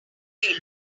bailey